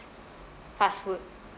fast food